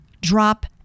drop